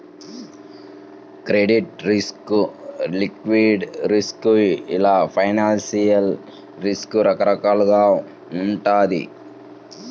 credit risk, liquidity risk ఇలా financial risk రకరకాలుగా వుంటది